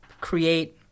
create